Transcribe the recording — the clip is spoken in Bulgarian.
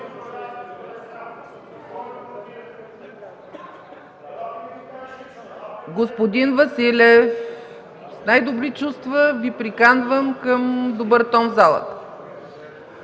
Господин Василев, с най-добри чувства Ви приканвам към добър тон в залата.